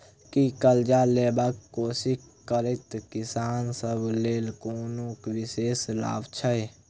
की करजा लेबाक कोशिश करैत किसान सब लेल कोनो विशेष लाभ छै?